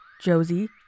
Josie